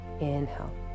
Inhale